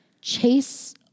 Chase